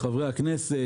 חברי הכנסת,